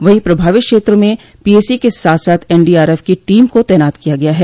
वहीं प्रभावित क्षेत्रों में पीएसी के साथ साथ एनडीआरएफ की टीम को तैनात किया गया है